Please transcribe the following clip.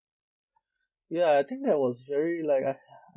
ya I think that was very like uh